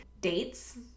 Dates